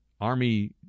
Army